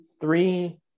three